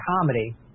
comedy